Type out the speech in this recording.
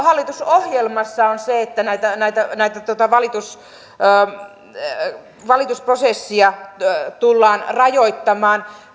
hallitusohjelmassa on se että näitä valitusprosesseja tullaan rajoittamaan